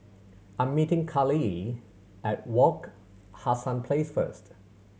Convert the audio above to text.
I'm meeting Carlyle at Wak Hassan Place first